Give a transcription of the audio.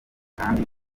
kandi